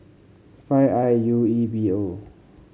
five I U E B O